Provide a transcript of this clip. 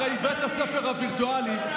הרי בית הספר הווירטואלי,